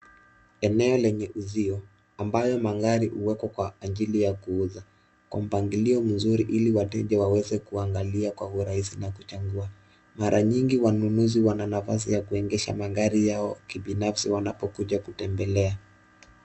Eneo lenye uzio ambayo magari huwekwa kwa ajili ya kuuza kwa mpangili mzuri ili wateja waweze kuangalia kwa urahisi na kuchagua. Mara nyingi wanunuzi wana nafasi ya kuendesha magari yao kibinafsi wanapokuja kutembelea.